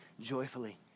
joyfully